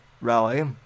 rally